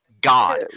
God